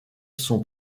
son